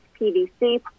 PVC